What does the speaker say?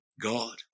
God